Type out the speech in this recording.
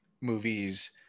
movies